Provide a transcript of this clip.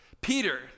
Peter